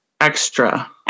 extra